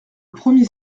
premier